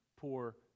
poor